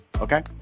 Okay